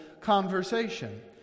conversation